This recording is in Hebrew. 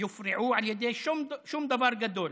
יופרעו על ידי שום דבר גדול